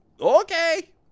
okay